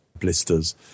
blisters